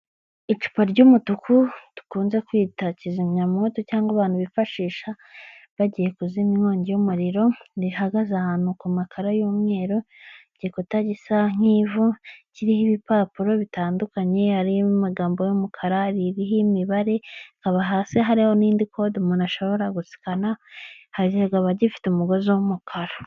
Icupa ry'umutuku dukunze kwitakizamyamwoto cyangwa abantu bifashisha bagiye kuzimya inkongi y'umuriro, rihagaze ahantu ku makara y'umweru, gikuta gisa nk'ivu kiriho ibipapuro bitandukanye, harimo amagambo y'umukara, ririho imibare, haba hasi hariho n'indi kode umuntu ashobora gusikana hagaba abagifite umugozi w'umukara.